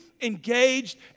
engaged